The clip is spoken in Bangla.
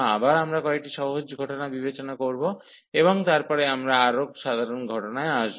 আবার আমরা কয়েকটি সহজ ঘটনা বিবেচনা করব এবং তারপরে আমরা আরও সাধারণ ঘটনায় আসব